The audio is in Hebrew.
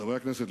חברי הכנסת,